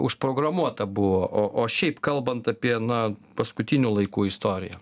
užprogramuota buvo o o šiaip kalbant apie na paskutinių laikų istoriją